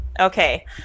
okay